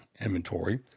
inventory